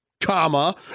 comma